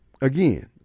again